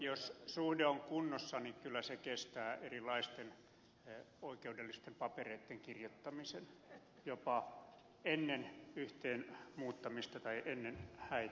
jos suhde on kunnossa niin kyllä se kestää erilaisten oikeudellisten papereitten kirjoittamisen jopa ennen yhteen muuttamista tai ennen häitä